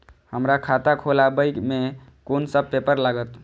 हमरा खाता खोलाबई में कुन सब पेपर लागत?